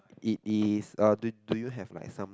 it is do do you have like some